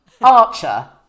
Archer